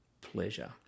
pleasure